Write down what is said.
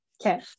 Okay